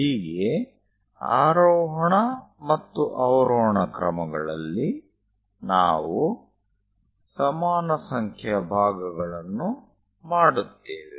ಹೀಗೆ ಆರೋಹಣ ಮತ್ತು ಅವರೋಹಣ ಕ್ರಮಗಳಲ್ಲಿ ನಾವು ಸಮಾನ ಸಂಖ್ಯೆಯ ಭಾಗಗಳನ್ನು ಮಾಡುತ್ತೇವೆ